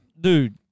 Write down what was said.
dude